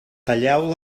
talleu